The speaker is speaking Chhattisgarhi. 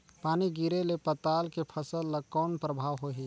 पानी गिरे ले पताल के फसल ल कौन प्रभाव होही?